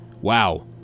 wow